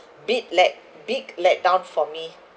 big let~ big letdown for me